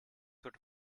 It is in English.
sort